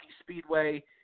Speedway